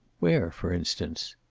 where, for instance?